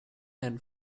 and